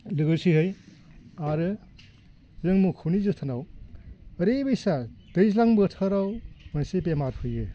लोगोसेयै आरो बे मख'नो जोथोनाव ओरैबायसा दैज्लां बोथोराव मोनसे बेमार फैयो